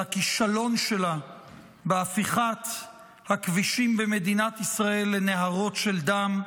על הכישלון שלה בהפיכת הכבישים במדינת ישראל לנהרות של דם,